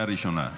-- אפס מע"מ.